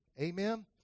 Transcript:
Amen